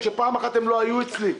כאשר פעם אחת הם לא היו אצלי.